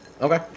Okay